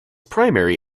primary